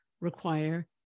require